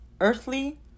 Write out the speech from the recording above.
earthly